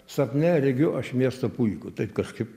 sapne regiu aš miestą puikų taip kažkaip